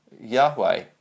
Yahweh